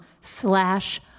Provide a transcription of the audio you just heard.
slash